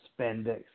spandex